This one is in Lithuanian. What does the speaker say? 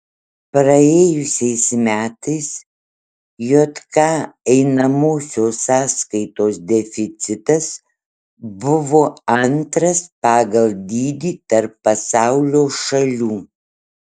praėjusiais metais jk einamosios sąskaitos deficitas buvo antras pagal dydį tarp pasaulio šalių